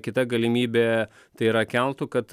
kita galimybė tai yra keltu kad